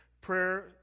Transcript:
prayer